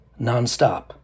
nonstop